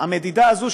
המדידה הזאת,